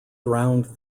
drowned